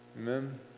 Amen